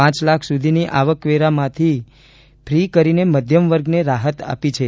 પાંચ લાખ સુધીની આવક આવકવેરામાંથી ફી કરીને મધ્યમવર્ગને રાહત આપી છે